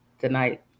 tonight